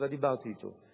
אני כבר דיברתי אתו.